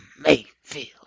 Mayfield